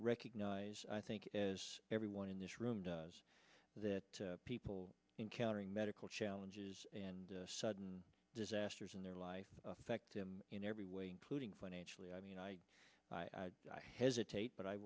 recognize i think as everyone in this room does that people encountering medical challenges and sudden disasters in their life affect them in every way including financially i mean i hesitate but i